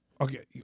Okay